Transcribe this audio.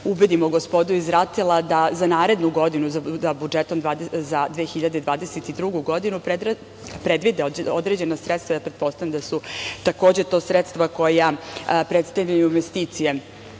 ubedimo gospodu iz RATEL-a da za narednu godinu, da budžetom za 2022. godinu, predvide određena sredstva, pretpostavljam da su takođe to sredstva koja predstavljaju investicije